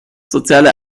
soziale